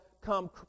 come